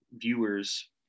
viewers